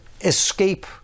escape